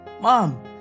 Mom